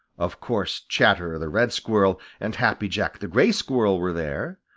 of course, chatterer the red squirrel and happy jack the gray squirrel were there.